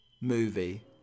movie